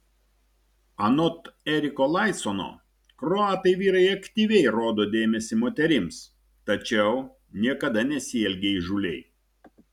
anot eriko laicono kroatai vyrai aktyviai rodo dėmesį moterims tačiau niekada nesielgia įžūliai